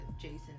Jason